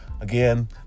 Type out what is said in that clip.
Again